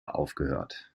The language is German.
aufgehört